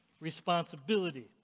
responsibility